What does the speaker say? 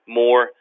more